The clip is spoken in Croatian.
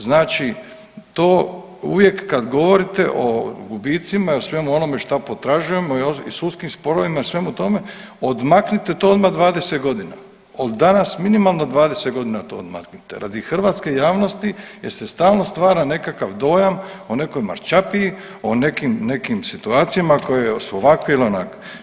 Znači to uvijek kad govorite o gubicima i o svemu onome šta potražujemo i sudskim sporovima i svemu tome, odmaknite to odmah 20 godina, od danas minimalno 20 godina to odmaknite radi hrvatske javnosti jer se stalno stvara nekakav dojam o nekoj marčapiji, o nekim situacijama koje su ovakve ili onakve.